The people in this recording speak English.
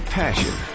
passion